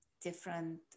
different